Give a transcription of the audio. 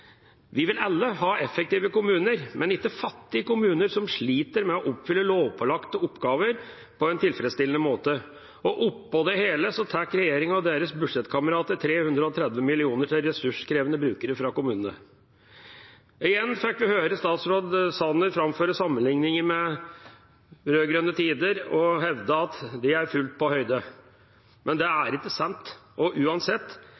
Vi vil alle ha effektive kommuner, men ikke fattige kommuner som sliter med å oppfylle lovpålagte oppgaver på en tilfredsstillende måte. Og oppå det hele tar regjeringa og deres budsjettkamerater 330 mill. kr til ressurskrevende brukere fra kommunene. Igjen fikk vi høre statsråd Sanner framføre sammenligninger med rød-grønne tider og hevde at en er fullt på høyde. Men det er ikke sant, og uansett